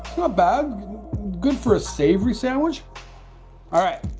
not bad good for a savory sandwich all right